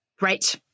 Right